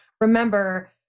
remember